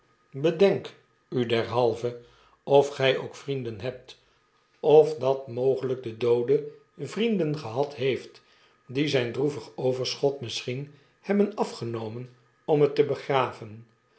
bedenk u derhalve of gij ook vrienden heht of dat mogelijk de doode vrienden gehad heeft die zijn droevig overschot misschien hebben afgenomen om het te begraven